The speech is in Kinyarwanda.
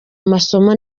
amasomo